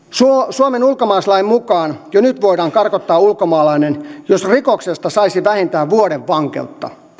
suomen ulkomaalaislain mukaan jo nyt voidaan karkottaa ulkomaalainen jos rikoksesta saisi vähintään vuoden vankeutta